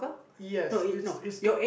yes it's it's two